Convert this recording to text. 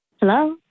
Hello